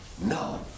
no